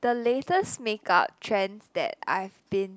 the latest make up trends that I've been